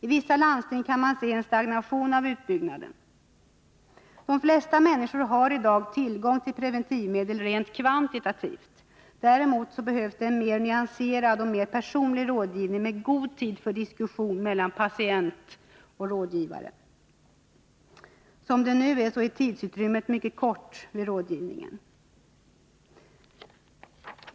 I vissa landsting kan man se en stagnation av utbyggnaden. De flesta människor har i dag tillgång till preventivmedel rent kvantitativt — däremot behövs en mer nyanserad och mer personlig rådgivning, med god tid för diskussion mellan ”patient” och rådgivare. Som det nu är, så är tidsutrymmet mycket litet vid rådgivningen.